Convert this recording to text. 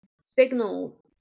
signals